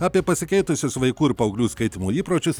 apie pasikeitusius vaikų ir paauglių skaitymo įpročius